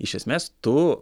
iš esmės tu